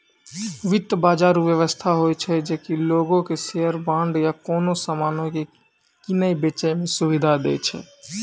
वित्त बजार उ व्यवस्था होय छै जे कि लोगो के शेयर, बांड या कोनो समानो के किनै बेचै मे सुविधा दै छै